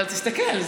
אבל תסתכל,